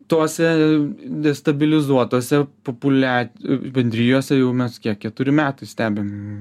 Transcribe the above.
tuose destabilizuotuose populia bendrijose jau mes kiek keturi metai stebim